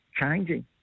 changing